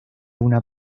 una